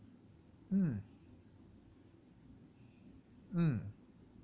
mm mm